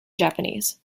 japanese